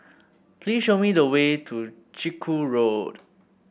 please show me the way to Chiku Road